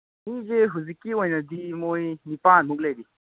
ꯃꯤꯁꯦ ꯍꯧꯖꯤꯛꯀꯤ ꯑꯣꯏꯅꯗꯤ ꯃꯣꯏ ꯅꯤꯄꯥꯟꯃꯨꯛ ꯂꯩꯔꯤ